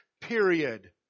period